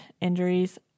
injuries